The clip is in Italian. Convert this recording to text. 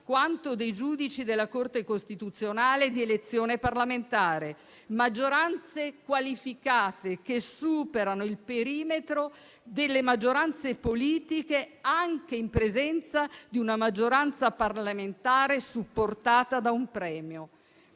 quanto dei giudici della Corte costituzionale di elezione parlamentare, maggioranze qualificate che superano il perimetro delle maggioranze politiche anche in presenza di una maggioranza parlamentare supportata da un premio.